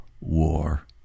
war